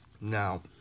now